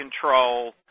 control